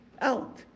out